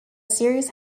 series